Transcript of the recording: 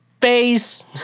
face